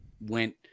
went